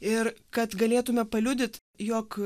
ir kad galėtume paliudyt jog